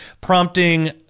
prompting